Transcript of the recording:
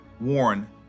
Warren